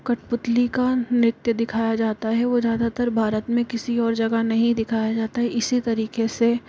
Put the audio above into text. कठपुलती का नृत्य दिखाया जाता है वो ज़्यादातर भारत में किसी और जगह नहीं दिखाया जाता है इसी तरीके से